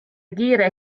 kiire